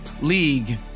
league